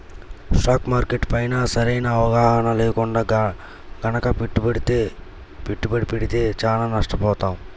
stock market పైన సరైన అవగాహన లేకుండా గనక పెట్టుబడి పెడితే చానా నష్టపోతాం